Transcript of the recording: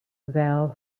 vowel